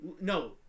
No